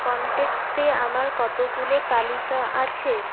কন্ট্যাক্টে আমার কতগুলো তালিকা আছে